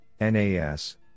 nas